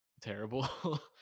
terrible